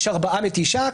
יש ארבעה ותשעה,